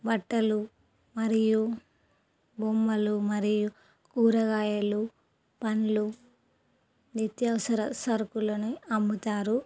బట్టలు మరియు బొమ్మలు మరియు కూరగాయలు పండ్లు నిత్యవసర సరకులని అమ్ముతారు